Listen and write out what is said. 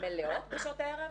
מלאות בשעות הערב?